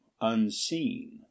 unseen